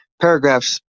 paragraphs